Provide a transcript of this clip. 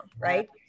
right